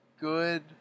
good